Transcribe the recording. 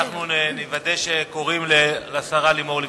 אנחנו נוודא שקוראים לשרה לימור לבנת.